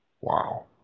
Wow